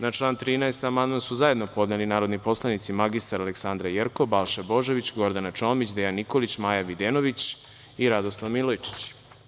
Na član 13. amandman su zajedno podneli narodni poslanici mr Aleksandra Jerkov, Balša Božović, Gordana Čomić, Dejan Nikolić, Maja Videnović i Radoslav Milojičić.